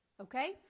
Okay